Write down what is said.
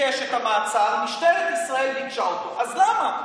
ביקש את המעצר, משטרת ישראל ביקשה אותו, אז למה?